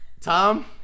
Tom